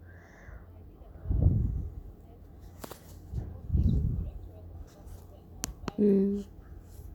mm